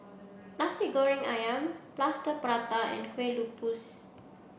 Nasi Goreng Ayam Plaster Prata and Kue Lupis